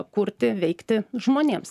kurti veikti žmonėms